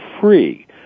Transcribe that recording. free